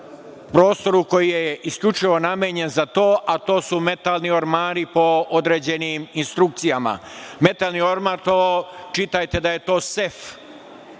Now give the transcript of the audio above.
prostoru koji je isključivo namenjen za to, a to su metalni ormari po određenim instrukcijama. Metalni orman, čitajte da je to sef.